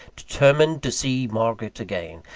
determined to see margaret again,